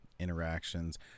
interactions